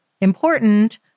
important